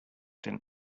den